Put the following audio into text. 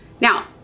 now